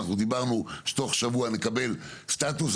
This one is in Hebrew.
דיברנו שתוך שבוע נקבל סטטוס.